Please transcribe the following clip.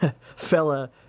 fella